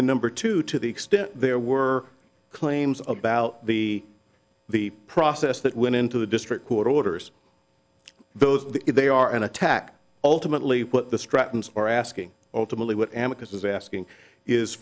and number two to the extent there were claims about the the process that went into the district court orders those if they are an attack ultimately what the stratton's are asking ultimately what amec is asking is